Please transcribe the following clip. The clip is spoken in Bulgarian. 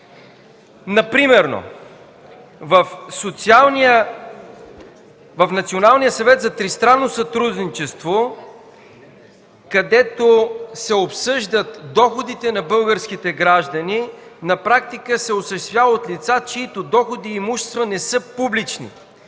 Например в Националния съвет за тристранно сътрудничество, където се обсъждат доходите на българските граждани, на практика се осъществява от лица, чиито доходи и имущество не са публични,